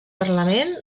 parlament